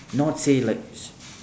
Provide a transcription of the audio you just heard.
not say like